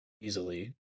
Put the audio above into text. easily